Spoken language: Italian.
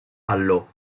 allo